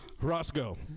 Roscoe